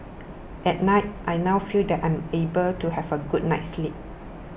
at night I now feel that I am able to have a good night's sleep